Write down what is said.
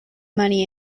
money